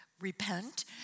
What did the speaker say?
repent